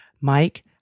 Mike